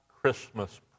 Christmas